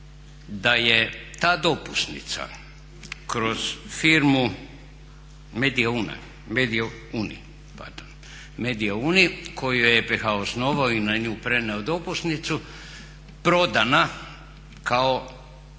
da je ta dopusnica kroz firmu Medija Uni koju je EPH osnovana i na nju prenio dopusnicu prodana kao